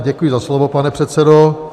Děkuji za slovo, pane předsedo.